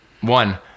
one